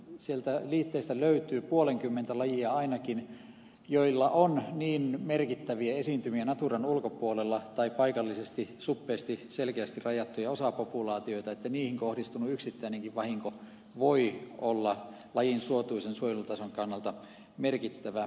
sieltä liitteistä löytyy puolenkymmentä lajia ainakin joilla on niin merkittäviä esiintymiä naturan ulkopuolella tai paikallisesti suppeasti selkeästi rajattuja osapopulaatioita että niihin kohdistunut yksittäinenkin vahinko voi olla lajin suotuisan suojelutason kannalta merkittävä